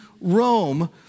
Rome